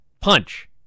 punch